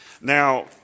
Now